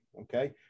okay